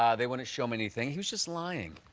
um they wouldn't show me anything. he was just lying.